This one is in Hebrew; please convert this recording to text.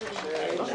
של כל הקופות.